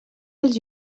pels